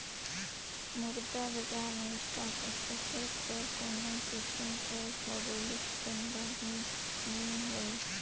मुद्रा बजार में स्टाक एक्सचेंज कस कोनो किसिम कर भौगौलिक बांधा नी होए